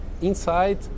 inside